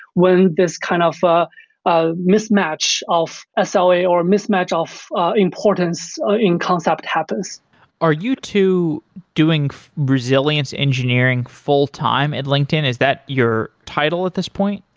when this kind of ah ah mismatch of ah so sla, or mismatch of importance in concept happens are you two doing resilience engineering fulltime at linkedin? is that your title at this point?